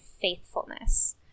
faithfulness